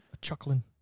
chuckling